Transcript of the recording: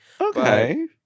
Okay